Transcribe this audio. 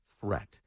threat